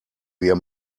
wir